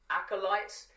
acolytes